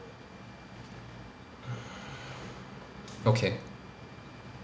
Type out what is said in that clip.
okay